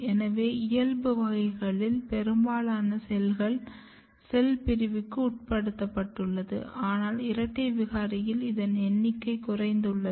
எனவே இயல்பு வகைகளில் பெரும்பாலான செல்கள் செல் பிரிவுக்கு உட்படுத்தப்பட்டுள்ளது ஆனால் இரட்டை விகாரியில் இதன் எண்ணிக்கை குறைந்துள்ளது